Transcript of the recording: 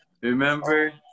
Remember